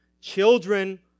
Children